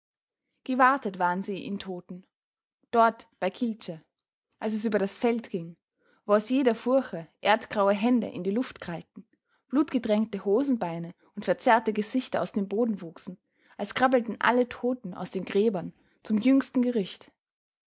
gewatet waren sie in toten dort bei kielce als es über das feld ging wo aus jeder furche erdgraue hände in die luft krallten blutgetränkte hosenbeine und verzerrte gesichter aus dem boden wuchsen als krabbelten alle toten aus den gräbern zum jüngsten gericht